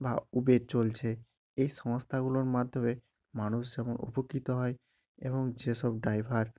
বা উবের চলছে এই সংস্থাগুলোর মাধ্যমে মানুষ যেমন উপকৃত হয় এবং সেসব ড্রাইভার